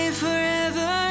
forever